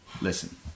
Listen